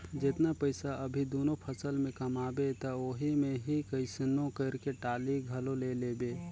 जेतना पइसा अभी दूनो फसल में कमाबे त ओही मे ही कइसनो करके टाली घलो ले लेबे